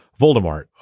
Voldemort